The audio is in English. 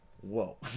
Whoa